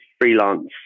freelance